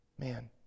Man